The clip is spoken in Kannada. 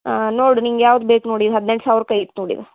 ಹಾಂ ನೋಡು ನಿಂಗೆ ಯಾವ್ದು ಬೇಕು ನೋಡು ಈಗ ಹದಿನೆಂಟು ಸಾವಿರಕ್ಕ ಐತಿ ನೋಡು ಈಗ